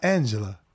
Angela